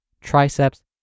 triceps